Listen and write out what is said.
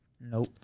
Nope